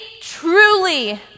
truly